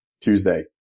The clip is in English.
Tuesday